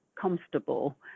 comfortable